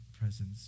presence